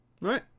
right